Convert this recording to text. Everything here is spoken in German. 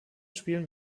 spielen